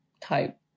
type